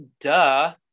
duh